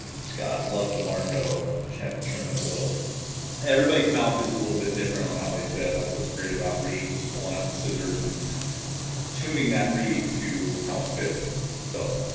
scott loved the marco just had trim it a little everybody's mouth is a little bit different on how they fit that's what's great about reeds is pulling up the scissors and tuning that reed to how it fits so